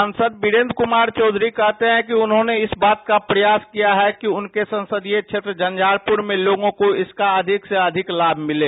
सांसद वीरेंद्र कुमार चौघरी कहते हैं कि उन्होंने इस बात का प्रयास किया है कि उनके संसदीय क्षेत्र झंझारपुर में लोगों को इसका अधिक से अधिक लाभ मिले